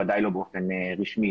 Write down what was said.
ודאי לא באופן רשמי,